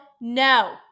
no